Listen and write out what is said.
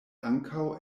ankaŭ